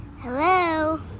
Hello